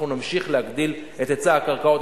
אנחנו נמשיך להגדיל את היצע הקרקעות.